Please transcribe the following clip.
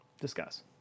Discuss